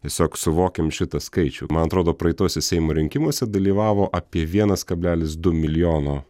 tiesiog suvokėm šitą skaičių man atrodo praeituose seimo rinkimuose dalyvavo apie vienas kalbelis du milijono